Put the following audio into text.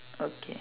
okay